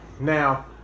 Now